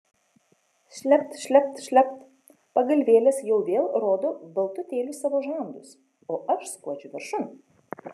šlept šlept šlept pagalvėlės jau vėl rodo baltutėlius savo žandus o aš skuodžiu viršun